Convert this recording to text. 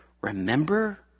remember